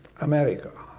America